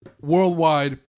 worldwide